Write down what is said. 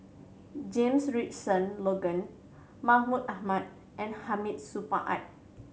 James Richardson Logan Mahmud Ahmad and Hamid Supaat